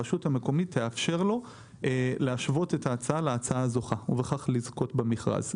הרשות המקומית תאפשר לו להשוות את ההצעה להצעה הזוכה ובכך לזכות במכרז.